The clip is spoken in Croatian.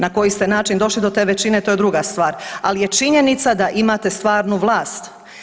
Na koji način ste došli do te većine to je druga stvar, ali je činjenica da imate stvarnu vlast.